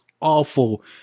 awful